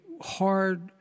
hard